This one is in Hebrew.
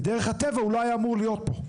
בדרך הטבע הוא לא היה אמור להיות פה.